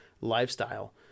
lifestyle